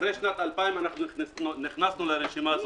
אחרי שנת 2000 נכנסנו לרשימה הזאת.